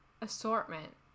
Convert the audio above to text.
assortment